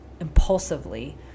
impulsively